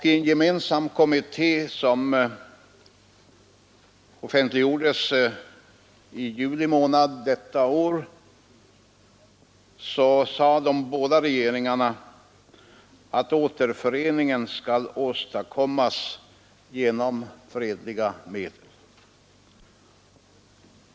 I en gemensam kommuniké, som offentliggjordes i juli månad i år, sade de båda regeringarna att återföreningen skall åstadkommas genom fredliga medel.